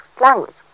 language